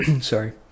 sorry